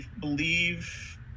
believe